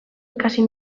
ikasi